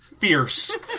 Fierce